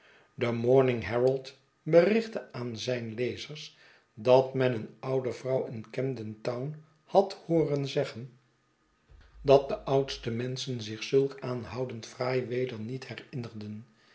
de morning herald berichtte aan zijn lezers dat men een oude vrouw in camden town had hooren zeggen dat sceetsen van boz de oudste menschen zich zulk aanhoudend fraai weder niet herinnerden